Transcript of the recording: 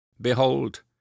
Behold